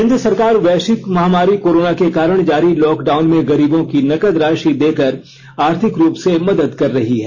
केन्द्र सरकार वैश्विक महामारी कोरोना के कारण जारी लॉक डाउन में गरीबों को नकद राशि देकर आर्थिक रूप से मदद कर रही है